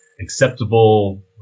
acceptable